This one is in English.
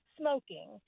smoking